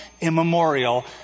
immemorial